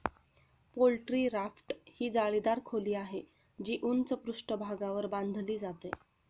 poultry raft ही जाळीदार खोली आहे, जी उंच पृष्ठभागावर बांधली जाते